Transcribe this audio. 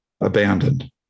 Abandoned